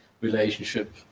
relationship